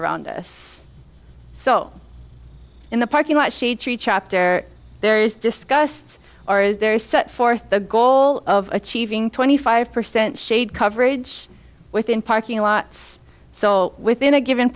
around us so in the parking lot she treat chapter there is discussed or is there set forth the goal of achieving twenty five percent shade coverage within parking lots so within a given